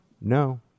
no